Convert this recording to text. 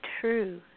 true